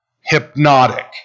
hypnotic